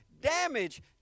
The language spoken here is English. damage